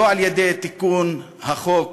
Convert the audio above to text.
לא על-ידי תיקון החוק